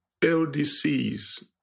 LDCs